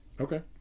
Okay